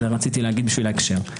רציתי לומר לשם ההקשר.